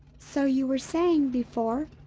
so you were saying before,